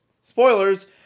Spoilers